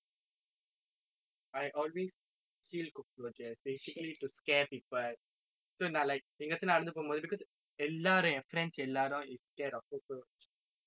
I always kill cockroaches basically to scare people so நான்:naan like எங்கையாவது நடந்து போகும் போது:engaiyaavathu nadanthu pogum pothu because எல்லாரும் என்:ellaarum en friends எல்லாரும்:ellaarum is scared of cockroach